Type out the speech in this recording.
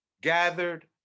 gathered